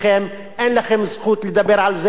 תגידו: אנחנו כובשים, אנחנו גוזלים.